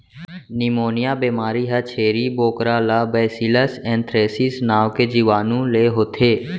pneumonia बेमारी ह छेरी बोकरा ला बैसिलस एंथ्रेसिस नांव के जीवानु ले होथे